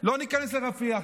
לא ניכנס לרפיח,